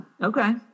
Okay